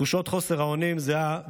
תחושת חוסר האונים זהה,